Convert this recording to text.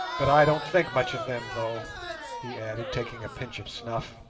but i don't think much of them, though he added, taking a pinch of snuff.